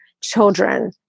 children